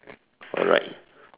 alright